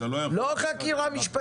אתה לא יכול בחקירה --- לא חקירה משפטית.